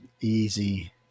easy